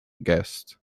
guest